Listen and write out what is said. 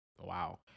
wow